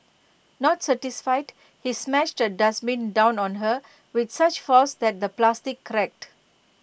not satisfied he smashed A dustbin down on her with such force that the plastic cracked